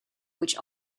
which